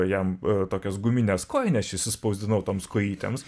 jam tokias gumines kojines išsispausdinau toms kojytėms